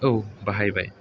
औ बाहाय बाय